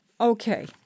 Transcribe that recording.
Okay